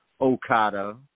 Okada